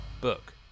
book